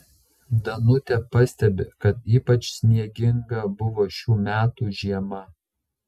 danutė pastebi kad ypač snieginga buvo šių metų žiema